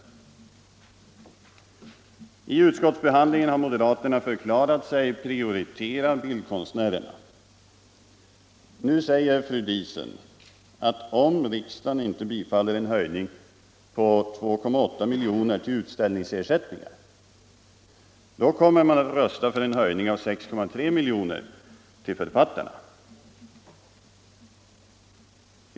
I utskottsbehandlingen har moderaterna förklarat sig prioritera bildkonstnärerna. Nu säger fru Diesen att om riksdagen inte bifaller en höjning på 2,8 milj.kr. till utställningsersättningar kommer man att rösta för en höjning av 6,3 milj.kr. till författarna.